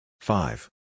Five